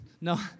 No